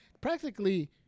practically